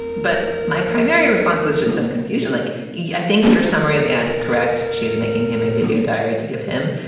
but my primary response was just of confusion. like you, i think your summary of the ad is correct. she is making him a video diary to give him,